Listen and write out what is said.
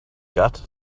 got